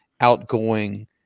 outgoing